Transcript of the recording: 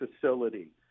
facility